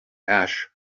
ash